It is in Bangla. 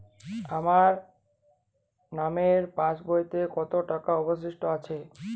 আমার নামের পাসবইতে কত টাকা অবশিষ্ট আছে?